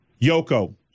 Yoko